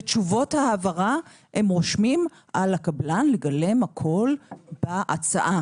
בתשובות ההבהרה הם רושמים על הקבלן לגלם הכול בהצעה.